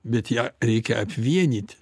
bet ją reikia apvienyti